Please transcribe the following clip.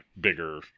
bigger